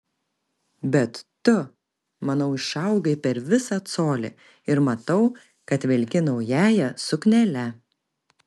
bet tu manau išaugai per visą colį ir matau kad vilki naująja suknele